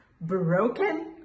broken